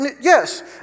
yes